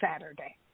Saturday